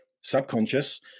subconscious